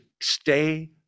stay